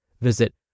Visit